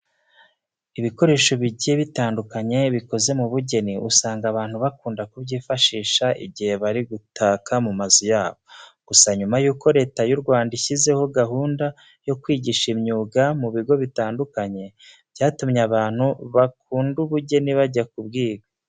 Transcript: Ibikoresho bigiye bitandukanye bikoze mu bugeni usanga abantu bakunda kubyifashisha igihe bari gutaka mu mazu yabo. Gusa nyuma yuko Leta y'u Rwanda ishyizeho gahunda yo kwigisha imyuga mu bigo bitandukanye byatumye abantu bakunda ubugeni bajya kubwiga.